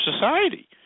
society